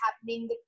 happening